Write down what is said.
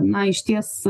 na išties